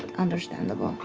understandable,